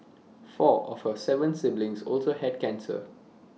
four of her Seven siblings also had cancer